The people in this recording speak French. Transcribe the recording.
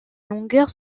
longueur